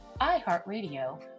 iHeartRadio